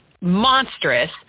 monstrous